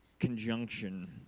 Conjunction